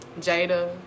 Jada